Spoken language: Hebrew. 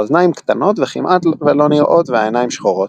האוזניים קטנות וכמעט ולא נראות והעיניים שחורות.